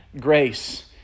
grace